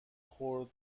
خورد